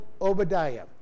Obadiah